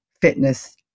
fitness